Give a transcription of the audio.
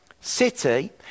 city